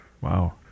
Wow